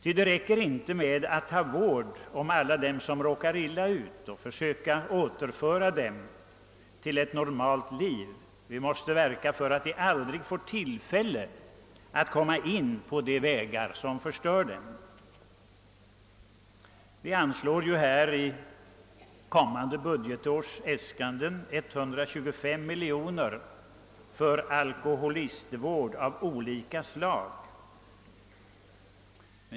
Det räcker inte med att ta vård om alla dem som råkar illa ut och att försöka återföra dessa till ett normalt liv; vi måste verka för att ungdomen aldrig skall få tillfälle att kom ma in på de vägar som förstör den. För kommande budgetår anslår vi 125 miljoner kronor för alkoholistvård av olika slag.